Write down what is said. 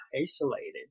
isolated